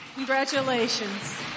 Congratulations